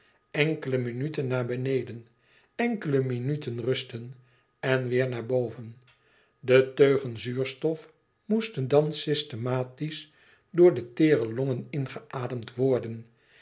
enkele minuten naar beneden enkele minuten rusten en weêr naar boven de teugen zuurstof moesten dan systematisch door de teêre longen ingeademd worden